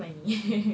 I see